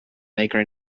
baker